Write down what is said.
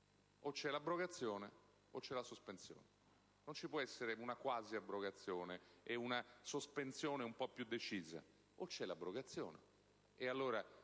o c'è l'abrogazione o la sospensione. Non ci può essere una quasi abrogazione e una sospensione un po' più decisa: o si prevede l'abrogazione,